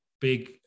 big